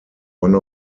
one